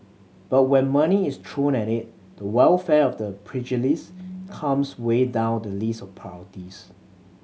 but when money is thrown at it the welfare of the pugilists comes way down the list of priorities